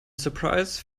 surprise